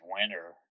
winter